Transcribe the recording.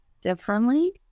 differently